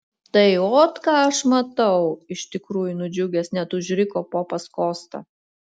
tai ot ką aš matau iš tikrųjų nudžiugęs net užriko popas kosta